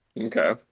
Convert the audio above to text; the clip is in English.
Okay